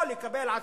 או לקבל עצמאות,